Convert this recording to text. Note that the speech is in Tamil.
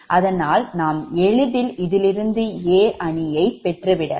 அதனால் நாம் எளிதில் இதிலிருந்து A அணியை பெற்றுவிடலாம்